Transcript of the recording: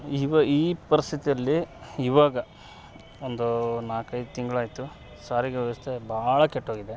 ಇವ ಈ ಪರಿಸ್ತಿತಿ ಅಲ್ಲಿ ಇವಾಗ ಒಂದು ನಾಲ್ಕೈದು ತಿಂಗಳಾಯ್ತು ಸಾರಿಗೆ ವ್ಯವಸ್ಥೆ ಭಾಳ ಕೆಟ್ಟೋಗಿದೆ